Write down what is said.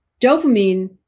Dopamine